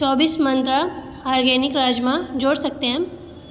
चौबीस मंत्रा ऑर्गेनिक राजमा जोड़ सकते हैं